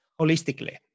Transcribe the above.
holistically